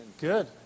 Good